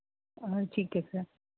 ਠੀਕ ਹੈ ਸਰ